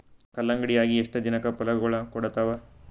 ಕಲ್ಲಂಗಡಿ ಅಗಿ ಎಷ್ಟ ದಿನಕ ಫಲಾಗೋಳ ಕೊಡತಾವ?